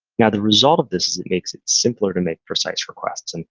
now, the result of this is it makes it simpler to make precise requests. and